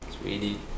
Sweetie